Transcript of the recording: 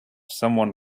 someone